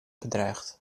bedreigt